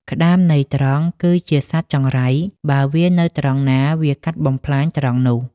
ក្ដាម ន័យត្រង់ គឺជាសត្វចង្រៃ បើវានៅត្រង់ណា វាកាត់បំផ្លាញត្រង់នោះ ។